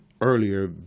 earlier –